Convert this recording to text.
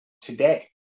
today